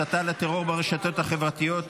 הסתה לטרור ברשתות חברתיות),